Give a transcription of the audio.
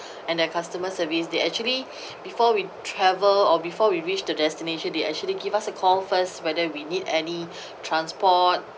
and their customer service they actually before we travel or before we reached the destination they actually give us a call first whether we need any transport